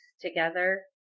together